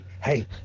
Hey